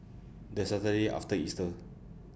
The Saturday after Easter